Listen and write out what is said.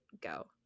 go